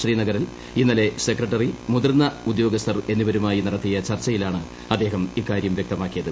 ശ്രീനഗറിൽഇന്നലെസെക്രട്ടറി മുതിർന്ന ഉദ്യോഗസ്ഥർഎന്നിവരുമായി നടത്തിയ ചർച്ചയിലാണ് അദ്ദേഹം ഇക്കാര്യം വ്യക്തമാക്കിയത്